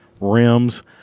rims